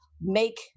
make